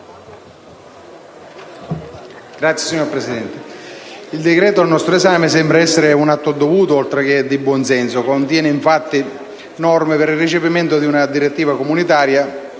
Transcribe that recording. *(GAL)*. Signora Presidente, il decreto al nostro esame sembra essere un atto dovuto oltre che di buon senso. Contiene infatti norme per il recepimento di una direttiva comunitaria